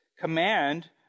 command